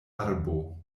arbo